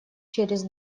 через